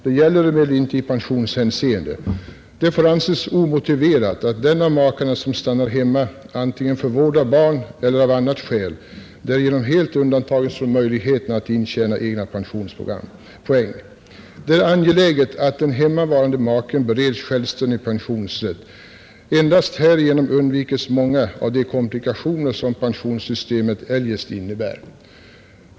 Det gäller emellertid inte i pensionshänseende. Det får anses omotiverat att den av makarna som stannar hemma antingen för vård av barn eller av annat skäl därigenom helt undantages från möjligheten att intjäna egna pensionspoäng. Det är angeläget att den hemmavarande maken beredes självständig pensionsrätt. Endast härigenom undvikes många av de komplikationer som pensionssystemet eljest innebär.